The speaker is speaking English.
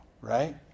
right